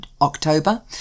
October